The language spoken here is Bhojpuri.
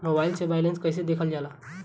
मोबाइल से बैलेंस कइसे देखल जाला?